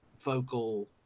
vocal